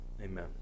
Amen